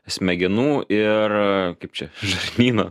smegenų ir kaip čia žarnyno